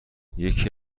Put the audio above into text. یکی